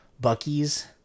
bucky's